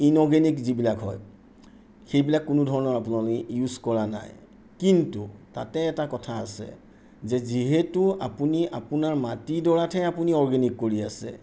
inorganic যিবিলাক হয় সেইবিলাক কোনোধৰণৰ আপোনালোকে ইউজ কৰা নাই কিন্তু তাতে এটা কথা আছে যে যিহেতু আপুনি আপোনাৰ মাটিডৰাতহে আপুনি অৰ্গেনিক কৰি আছে